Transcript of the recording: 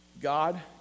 God